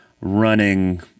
running